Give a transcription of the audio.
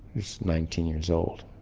who's nineteen years old,